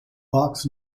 vox